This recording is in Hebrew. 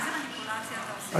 איזו מניפולציה אתה עושה.